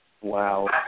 Wow